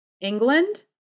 England